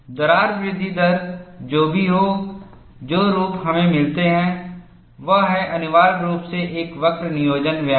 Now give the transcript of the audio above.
दरार वृद्धि दर जो भी हो जो रूप हमें मिलता है वह है अनिवार्य रूप से एक वक्र नियोजन व्यायाम